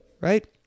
right